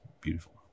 beautiful